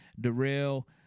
Darrell